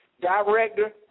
director